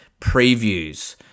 previews